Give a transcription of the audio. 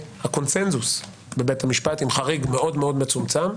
הקונצנזוס בבית המשפט עם חריג מאוד מאוד מצומצם,